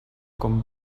con